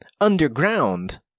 underground